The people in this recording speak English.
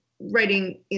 writing